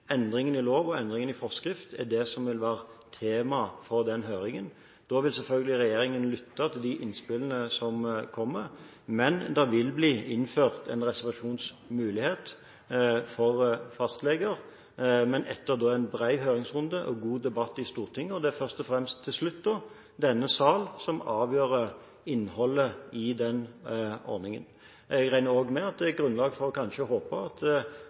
Endringen i lov og endringen i forskrift er det som vil være tema for høringen. Da vil selvfølgelig regjeringen lytte til de innspillene som kommer. Det vil bli innført en reservasjonsmulighet for fastleger, men etter en bred høringsrunde og god debatt i Stortinget. Det er først og fremst til slutt denne sal som avgjør innholdet i ordningen. Jeg regner også med at det er grunnlag for kanskje å håpe at